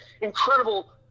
incredible